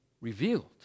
revealed